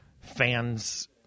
fans